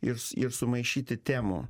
ir ir sumaišyti temų